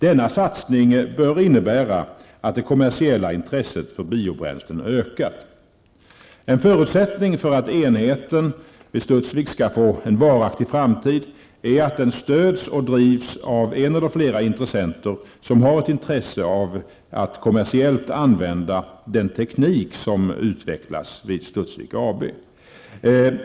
Denna satsning bör innebära att det kommersiella intresset för biobränslen ökar. En förutsättning för att enheten vid Studsvik skall få en varaktig framtid är att den stöds och drivs av en eller flera intressenter som har ett intresse av att kommersiellt använda den teknik som utvecklas vid Studsvik AB.